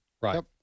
Right